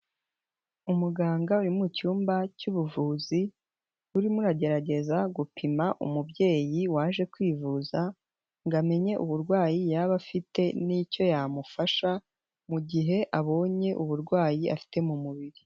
Umuganga uri mu cyumba cy'ubuvuzi urimo uragerageza gupima umubyeyi waje kwivuza ngo amenye uburwayi yaba afite n'icyo yamufasha mu gihe abonye uburwayi afite mu mubiri.